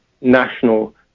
national